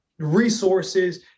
resources